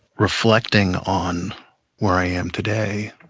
reflecting on where i am today,